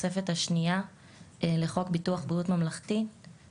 ממלכתי (עדכון התוספת השנייה לחוק הפחתת